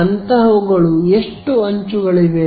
ಅಂತಹವುಗಳು ಎಷ್ಟು ಅಂಚುಗಳಿವೆ